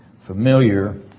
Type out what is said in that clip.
familiar